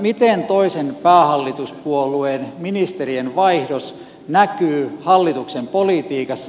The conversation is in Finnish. miten toisen päähallituspuolueen ministerien vaihdos näkyy hallituksen politiikassa